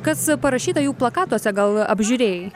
kas parašyta jų plakatuose gal apžiūrėjai